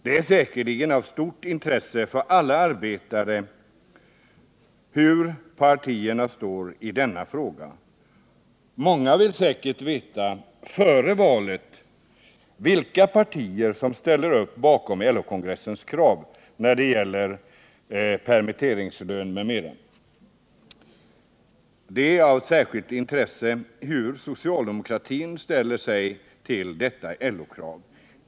Det är säkerligen av stort intresse för alla arbetare var partierna står i denna fråga. Många vill säkert före valet veta vilka partier som ställer sig bakom LO-kongressens krav när det gäller permitteringslön m.m. Det är av särskilt intresse hur socialdemokratin ställer sig till detta LO-krav.